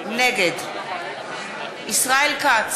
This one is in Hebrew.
נגד ישראל כץ,